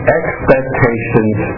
expectations